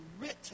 written